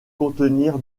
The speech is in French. contenir